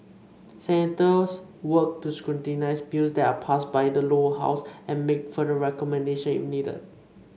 senators work to scrutinise bills that are passed by the Lower House and make further recommendation if needed